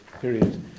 period